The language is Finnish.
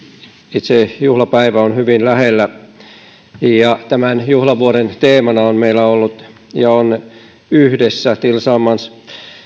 itse juhlapäivä on hyvin lähellä tämän juhlavuoden teemana on meillä ollut ja on yhdessä tillsammans